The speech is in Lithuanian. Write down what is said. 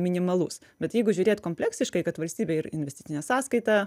minimalus bet jeigu žiūrėt kompleksiškai kad valstybė ir investicinė sąskaita